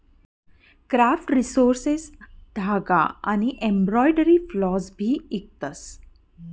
craft resources धागा आनी embroidery floss भी इकतस